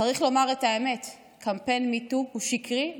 "צריך לומר את האמת: קמפיין MeToo הוא שקרי,